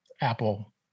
Apple